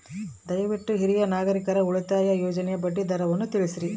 ದಯವಿಟ್ಟು ಹಿರಿಯ ನಾಗರಿಕರ ಉಳಿತಾಯ ಯೋಜನೆಯ ಬಡ್ಡಿ ದರವನ್ನು ತಿಳಿಸ್ರಿ